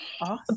Awesome